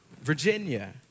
Virginia